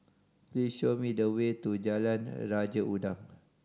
please show me the way to Jalan Raja Udang